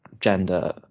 gender